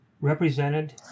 represented